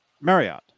Marriott